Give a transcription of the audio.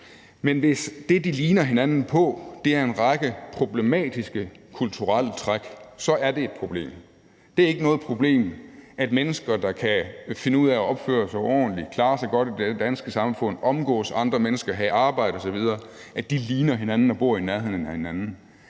men hvis det, de ligner hinanden på, er en række problematiske kulturelle træk, så er det et problem. Det er ikke noget problem, at mennesker, der kan finde ud af at opføre sig ordentligt, klarer sig godt i det danske samfund, omgås andre mennesker, har et arbejde osv., ligner hinanden og bor i nærheden af hinanden.